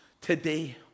today